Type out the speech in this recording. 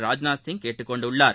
ராஜ்நாத்சிங் கேட்டுக் கொண்டுள்ளார்